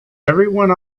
everyone